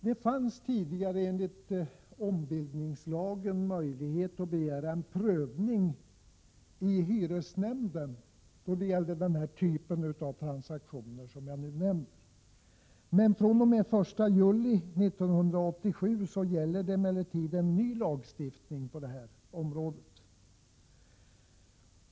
Det fanns tidigare, enligt ombildningslagen, möjlighet att begära en prövning i hyresnämnden då det gällde den typ av transaktioner som jag nu nämner. Men fr.o.m. den 1 juli 1987 gäller emellertid en ny lagstiftning på det här området.